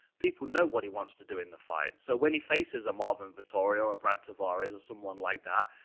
people know what he wants to do in the fight. so, when he faces a marvin vettori or a brad tavares or someone like that,